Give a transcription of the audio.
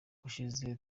ushize